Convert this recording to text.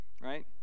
Right